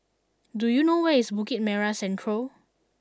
do you know where is Bukit Merah Central